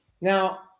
Now